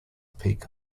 peak